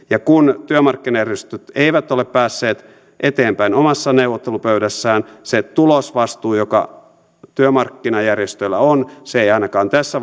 ja kun työmarkkinajärjestöt eivät ole päässeet eteenpäin omassa neuvottelupöydässään se tulosvastuu joka työmarkkinajärjestöillä on ei ainakaan tässä